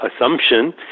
assumption